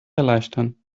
erleichtern